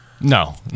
No